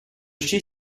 chier